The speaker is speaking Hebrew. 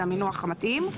זה המינוח המתאים.